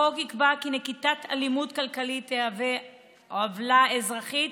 החוק יקבע כי נקיטת אלימות כלכלית תהווה עוולה אזרחית,